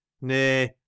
nay